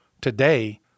Today